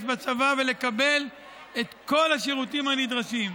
לצבא ולקבל את כל השירותים הנדרשים.